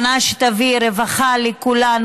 שנה שתביא רווחה לכולנו,